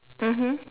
mmhmm